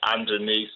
underneath